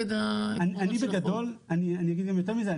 אני בגדול ואני אגיד גם יותר מזה,